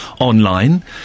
online